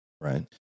Right